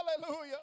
hallelujah